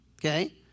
Okay